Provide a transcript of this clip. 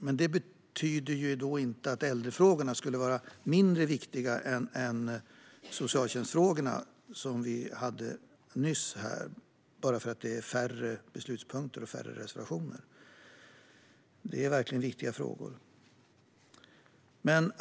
Men det betyder inte att äldrefrågorna skulle vara mindre viktiga än socialtjänstfrågorna, som vi diskuterade tidigare, bara för att det är färre beslutspunkter och färre reservationer. Det är verkligen viktiga frågor.